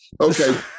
Okay